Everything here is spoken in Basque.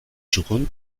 txukun